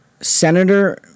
senator